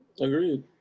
Agreed